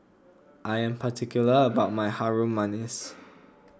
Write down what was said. I am particular about my Harum Manis